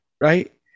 right